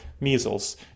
measles